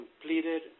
completed